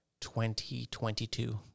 2022